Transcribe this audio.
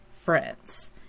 friends